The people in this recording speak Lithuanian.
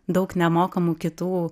daug nemokamų kitų